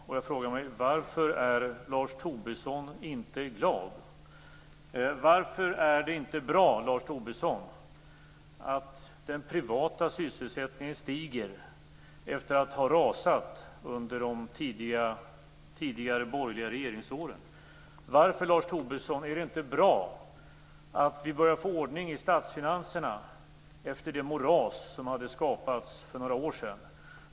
Och jag frågar mig: Varför är Lars Tobisson inte glad? Varför är det inte bra, Lars Tobisson, att den privata sysselsättningen stiger efter att den har rasat under de tidigare borgerliga regeringsåren? Varför är det inte bra att vi börjar få ordning i statsfinanserna efter det moras som skapades för några år sedan?